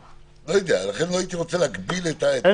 לכן לא הייתי רוצה להגביל את זה.